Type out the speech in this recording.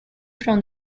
from